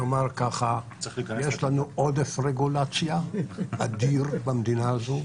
יש לנו עודף רגולציה אדיר במדינה הזאת,